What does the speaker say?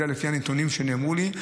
זה לפי הנתונים שנאמרו לי,